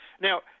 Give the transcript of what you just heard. Now